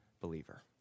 believer